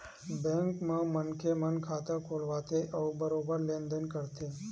bank म मनखे मन खाता खोलवाथे अउ बरोबर लेन देन करथे